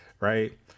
right